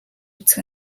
үзэх